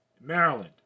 Maryland